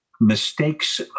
mistakes